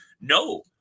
No